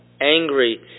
angry